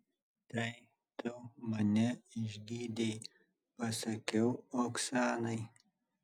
tai tu mane išgydei pasakiau oksanai